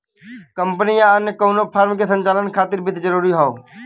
company या अन्य कउनो फर्म के संचालन खातिर वित्त जरूरी हौ